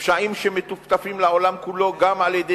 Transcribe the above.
"פשעים" שמטופטפים לעולם כולו גם על-ידי